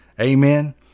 Amen